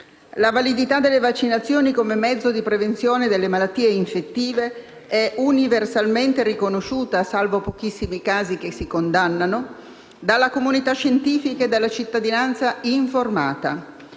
La validità delle vaccinazioni come mezzo di prevenzione delle malattie infettive è universalmente riconosciuta (salvo pochissimi casi che si condannano) dalla comunità scientifica e dalla cittadinanza informata.